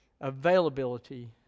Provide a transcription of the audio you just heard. availability